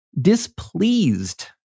displeased